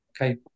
Okay